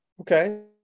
okay